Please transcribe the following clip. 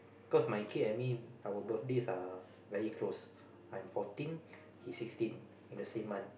cause my kid I mean our birthdays are very close I'm fourteen he's sixteen in the same month